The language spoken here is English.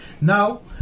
Now